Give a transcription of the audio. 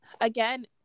again